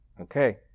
Okay